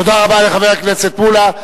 תודה רבה לחבר הכנסת מולה.